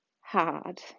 hard